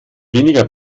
weniger